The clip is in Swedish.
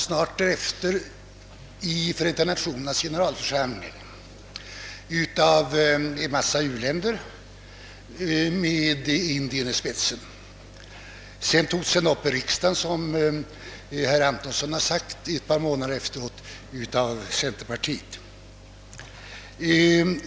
Snart därefter togs den upp i Förenta Nationernas generalförsamling av en massa u-länder med Indien i spetsen. Som herr Antonsson framhållit togs den några månader därefter upp här i riksdagen av centerpartiet.